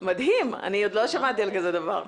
עוד לא שמעתי על דבר כזה.